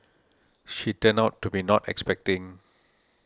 she turned out to be not expecting